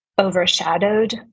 overshadowed